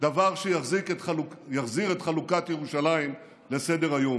דבר שיחזיר את חלוקת ירושלים לסדר-היום.